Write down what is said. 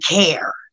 care